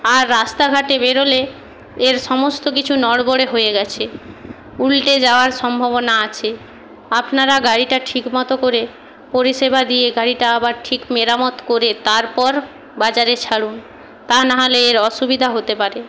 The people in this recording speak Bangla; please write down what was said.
আর রাস্তাঘাটে বেরোলে এর সমস্ত কিছু নড়বড়ে হয়ে গেছে উল্টে যাওয়ার সম্ভাবনা আছে আপনারা গাড়িটা ঠিক মতো করে পরিষেবা দিয়ে গাড়িটা আবার ঠিক মেরামত করে তারপর বাজারে ছাড়ুন তা নাহলে এর অসুবিধা হতে পারে